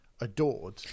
adored